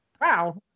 wow